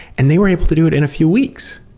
and they were able to do it in a few weeks.